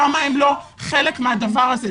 למה הן לא חלק מהדבר הזה?